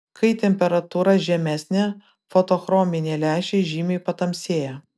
kai temperatūra žemesnė fotochrominiai lęšiai žymiai patamsėja